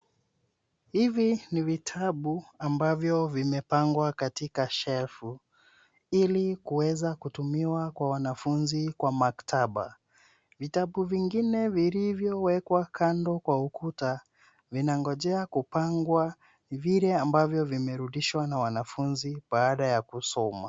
Hivi ni vitabu ambavyo vimepangwa katika shelfu cs], ili kuweza kutumiwa kwa wanafunzi kwa maktaba. Vitabu vingine vilivyowekwa kando kwa ukuta vinangojea kupangwa, ni vile ambavyo vimerudishwa na wanafunzi baada ya kusoma.